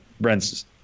Brent's –